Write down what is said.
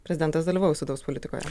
prezidentas dalyvaus vidaus politikoje